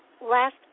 last